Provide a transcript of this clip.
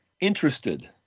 interested